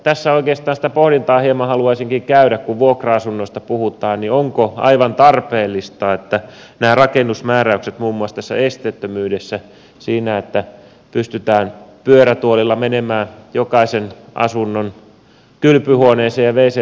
tässä oikeastaan sitä pohdintaa hieman haluaisinkin käydä kun vuokra asunnoista puhutaan näistä rakennusmääräyksistä muun muassa tässä esteettömyydessä siinä että pystytään pyörätuolilla menemään jokaisen asunnon kylpyhuoneeseen ja wc tiloihin